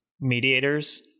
mediators